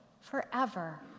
forever